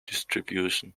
distribution